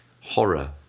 horror